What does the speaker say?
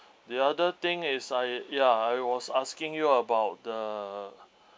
the other thing is I ya I was asking you about the